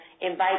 invite